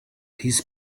his